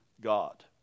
God